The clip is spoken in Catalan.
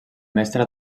mestre